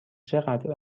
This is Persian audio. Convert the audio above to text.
چقدر